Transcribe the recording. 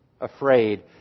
Afraid